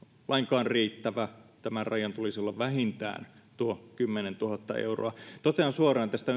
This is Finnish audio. lainkaan riittävä rajan tulisi olla vähintään tuo kymmenentuhatta euroa totean suoraan tästä